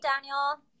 Daniel